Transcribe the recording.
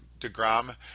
DeGrom